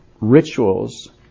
rituals